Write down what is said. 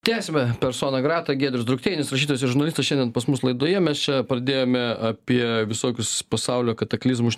tęsiame persona grata giedrius drukteinis vat šitas jau žurnalistas šiandien pas mus laidoje mes čia pradėjome apie visokius pasaulio kataklizmus